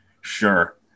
Sure